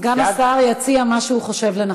סגן השר יציע מה שהוא חושב לנכון.